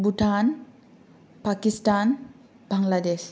Bhutan Pakistan Bangladesh